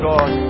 God